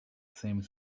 same